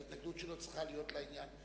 ההתנגדות שלו צריכה להיות לעניין.